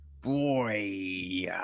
Boy